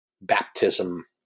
baptism